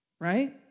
right